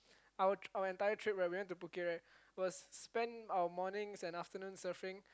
our our entire trip right we went to Phuket right was spend our mornings and afternoons surfing